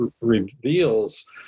reveals